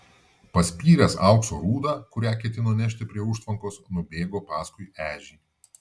paspyręs aukso rūdą kurią ketino nešti prie užtvankos nubėgo paskui ežį